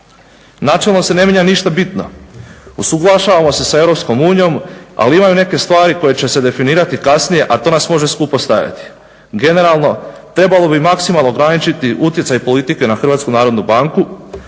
Načelno se ne mijenja ništa bitno. Usuglašavamo se sa EU ali imaju neke stvari koje će se definirati kasnije, a to nas može skupo stajati. Generalno, trebalo bi maksimalno ograničiti utjecaj politike na HNB,